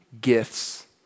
gifts